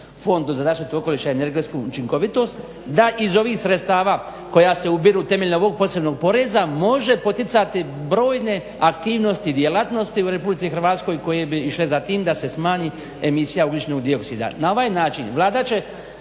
fondu za zaštitu okoliša i energetsku učinkovitost da iz ovih sredstava koji se ubiru temeljem ovog posebnog poreza može poticati brojne aktivnosti djelatnosti u RH koje bi išle za tim da se smanji emisija ugljičnog dioksida. Na ovaj način Vlada